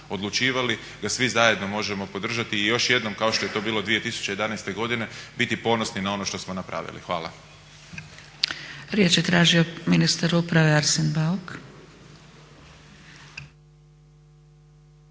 odlučivali ga svi zajedno možemo podržati i još jednom kao što je to bilo 2011. godine biti ponosni na ono što smo napravili. Hvala. **Zgrebec, Dragica (SDP)** Riječ je tražio ministar uprave Arsen Bauk.